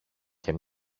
και